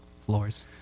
floors